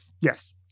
yes